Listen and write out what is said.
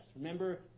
Remember